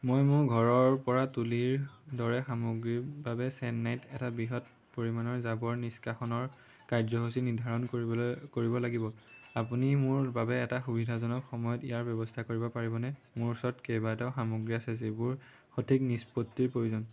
মই মোৰ ঘৰৰপৰা তুলীৰ দৰে সামগ্ৰীৰ বাবে চেন্নাইত এটা বৃহৎ পৰিমাণৰ জাবৰ নিষ্কাশনৰ কাৰ্যসূচী নিৰ্ধাৰণ কৰিবলৈ কৰিব লাগিব আপুনি মোৰ বাবে এটা সুবিধাজনক সময়ত ইয়াৰ ব্যৱস্থা কৰিব পাৰিবনে মোৰ ওচৰত কেইবাটাও সামগ্ৰী আছে যিবোৰ সঠিক নিষ্পত্তিৰ প্ৰয়োজন